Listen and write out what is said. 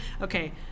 okay